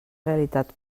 realitat